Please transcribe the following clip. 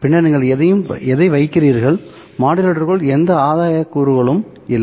பின்னர் நீங்கள் எதை வைக்கிறீர்கள் மாடுலேட்டருக்குள் எந்த ஆதாய கூறுகளும் இல்லை